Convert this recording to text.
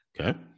Okay